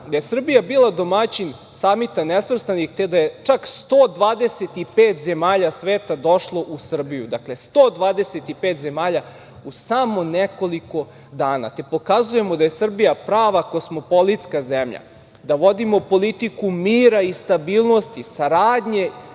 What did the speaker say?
da je Srbija bila domaćin Samita nesvrstanih, te da je čak 125 zemalja sveta došlo u Srbiju, dakle, 125 zemalja u samo nekoliko dana, te pokazujemo da je Srbija prava kosmopolitska zemlja, da vodimo politiku mira i stabilnosti, saradnje